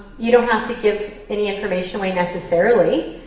you know have to give any information away necessarily.